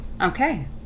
okay